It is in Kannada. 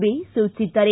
ಬಿ ಸೂಚಿಸಿದ್ದಾರೆ